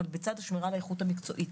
אבל לצד שמירה על האיכות המקצועית.